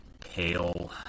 pale